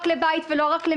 נכנסתי לבית שלי